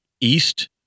east